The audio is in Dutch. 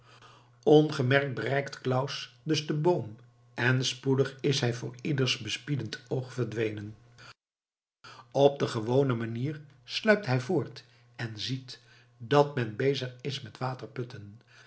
ongemerkt bereikt claus dus den boom en spoedig is hij voor ieders bespiedend oog verdwenen op de gewone manier sluipt hij voort en ziet dat men bezig is met